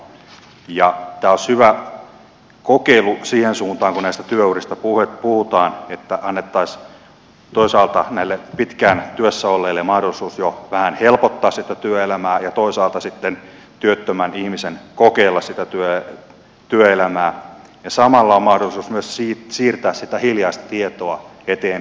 tämä olisi hyvä kokeilu siihen suuntaan kun näistä työurista puhutaan että annettaisiin toisaalta näille pitkään työssä olleille mahdollisuus jo vähän helpottaa sitä työelämää ja toisaalta sitten työttömän ihmisen kokeilla työelämää ja samalla on mahdollisuus myös siirtää sitä hiljaista tietoa eteenpäin työpaikalla